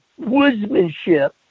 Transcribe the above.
woodsmanship